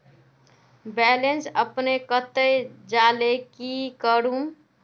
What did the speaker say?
Balance अपने कते जाले की करूम?